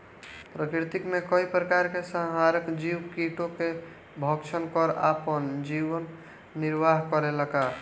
प्रकृति मे कई प्रकार के संहारक जीव कीटो के भक्षन कर आपन जीवन निरवाह करेला का?